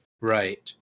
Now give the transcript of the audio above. Right